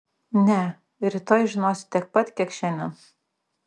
ne rytoj žinosi tiek pat kiek šiandien